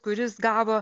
kuris gavo